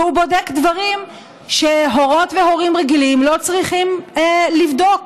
והוא בודק דברים שהורות והורים רגילים לא צריכים לבדוק,